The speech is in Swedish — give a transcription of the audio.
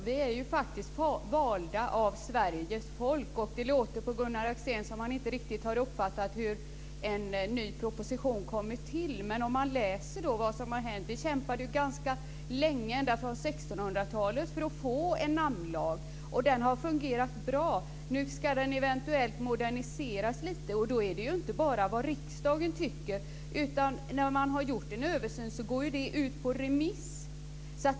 Fru talman! Vi är faktiskt valda av Sveriges folk. Det låter på Gunnar Axén som att han inte riktigt har uppfattat hur en ny proposition kommer till. Vi kämpade i det här landet ganska länge, ända från 1600 talet, att få en namnlag. Den har fungerat bra. Nu ska den eventuellt moderniseras lite. Då är det inte bara fråga om vad riksdagen tycker, utan när man har gjort en översyn går den ut på remiss.